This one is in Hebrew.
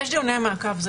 יש דיוני מעקב.